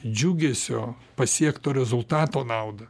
džiugesio pasiekto rezultato naudą